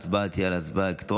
ההצבעה תהיה אלקטרונית,